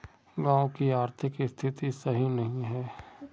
गाँव की आर्थिक स्थिति सही नहीं है?